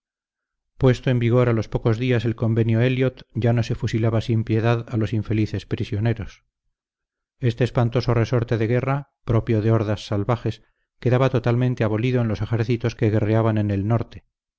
puesto en vigor a los pocos días el convenio elliot ya no se fusilaba sin piedad a los infelices prisioneros este espantoso resorte de guerra propio de hordas salvajes quedaba totalmente abolido en los ejércitos que guerreaban en el norte